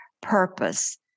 purpose